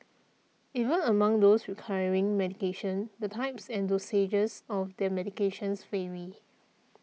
even among those requiring medication the types and dosages of their medications vary